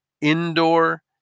indoor